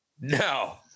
No